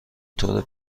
طور